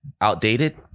outdated